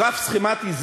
גרף סכמטי.